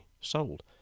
sold